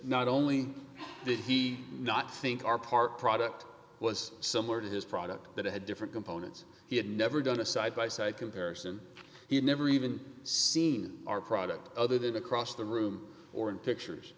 not only did he not think our part product was similar to his product that had different components he had never done a side by side comparison he had never even seen our product other than across the room or in pictures